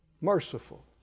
Merciful